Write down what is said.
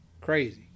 crazy